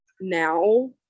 now